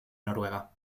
noruega